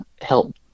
help